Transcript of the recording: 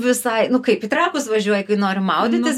visai kaip į trakus važiuoji kai nori maudytis